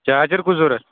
charger کُس ضوٚرَتھ